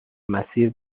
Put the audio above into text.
مسیر